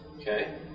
okay